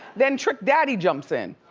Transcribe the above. then trick daddy jumps in.